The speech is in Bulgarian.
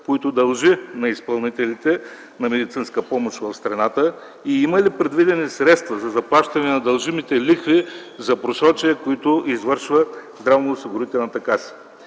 които дължи на изпълнителите на медицинска помощ в страната и има ли предвидени средства за заплащане на дължимите лихви за просрочия, които извършва Здравноосигурителната каса?